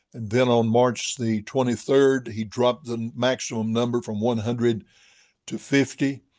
then on march the twenty third, he dropped the maximum number from one hundred to fifty.